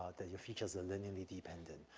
that your features are linearly dependent.